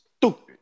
stupid